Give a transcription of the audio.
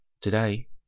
Today